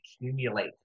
accumulate